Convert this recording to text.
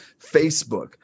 Facebook